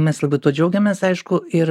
mes labai tuo džiaugiamės aišku ir